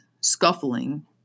scuffling